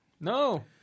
no